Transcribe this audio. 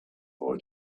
boy